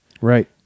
Right